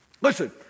Listen